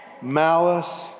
malice